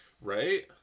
Right